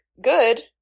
Good